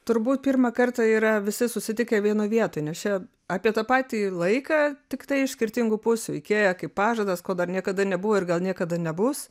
turbūt pirmą kartą yra visi susitikę vieno vietoj nes čia apie tą patį laiką tiktai iš skirtingų pusių ikėja kaip pažadas ko dar niekada nebuvo ir gal niekada nebus